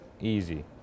Easy